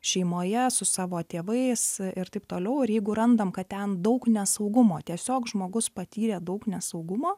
šeimoje su savo tėvais ir taip toliau ir jeigu randam kad ten daug nesaugumo tiesiog žmogus patyrė daug nesaugumo